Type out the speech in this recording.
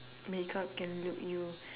makeup can look you